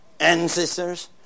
Ancestors